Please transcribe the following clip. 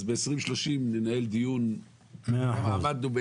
אז ב-2030 ננהל דיון כמה עמדנו,